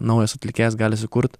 naujas atlikėjas gali sukurt